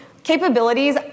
Capabilities